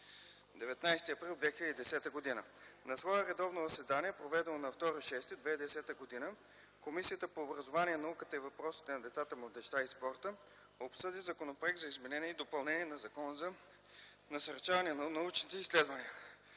19 април 2010 г. На свое редовно заседание, проведено на 2 юни 2010 г., Комисията по образованието, науката и въпросите на децата, младежта и спорта, обсъди Законопроект за изменение и допълнение на Закона за насърчаване на научните изследвания,